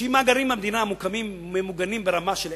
שאם מאגרים במדינה ממוגנים ברמה של 10,